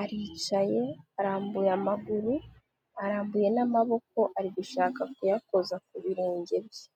aricaye arambuye amaguru arambuye n'amaboko ari gushaka kuyakoza ku birenge bye.